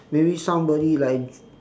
maybe somebody like